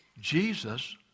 Jesus